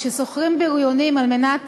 כששוכרים בריונים על מנת